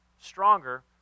stronger